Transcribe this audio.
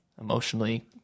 emotionally